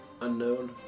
Unknown